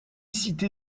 cité